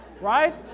right